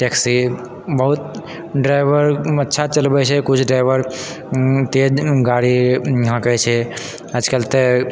taxi बहुत driver अच्छा चलबै छै किछु ड्राइवर तेज गाड़ी हाँकै छै आजकल तऽ